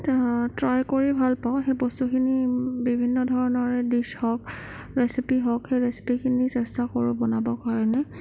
try কৰি ভাল পাওঁ সেই বস্তুখিনি বিভিন্ন ধৰণৰ ডিছ হওক ৰেচিপি হওক সেই ৰেচিপিখিনি চেষ্টা কৰোঁ বনাবৰ কাৰণে